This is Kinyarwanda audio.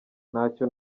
ntacyo